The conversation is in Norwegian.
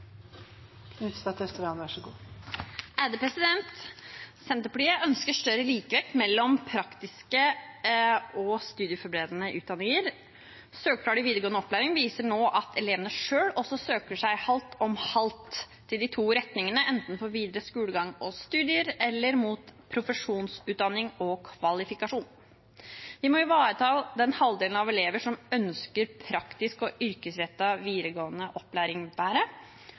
ønsker større likevekt mellom praktiske og studieforberedende utdanninger. Søkertallene i videregående opplæring viser nå at elevene selv søker seg halvt om halvt til de to retningene, enten for videre skolegang og studier eller mot profesjonsutdanning og kvalifikasjon. Vi må ivareta bedre den halvdelen av elever som ønsker praktisk og yrkesrettet videregående opplæring,